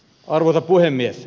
arvoisa puhemies